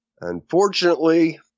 Unfortunately